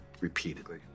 Repeatedly